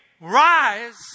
rise